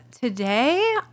Today